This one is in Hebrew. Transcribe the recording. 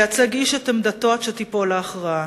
לייצג איש את עמדתו עד שתיפול ההכרעה.